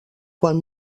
quan